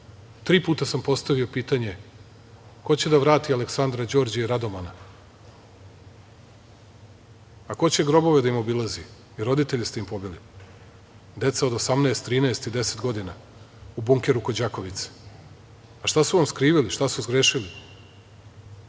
puta sam postavio pitanje – ko će da vrati Aleksandra, Đorđa i Radomana, a ko će grobove da im obilazi? I roditelje ste im pobili. Deca od 18, 13 i 10 godina u bunkeru kod Đakovice. A, šta su vam skrivili, šta su zgrešili? Meni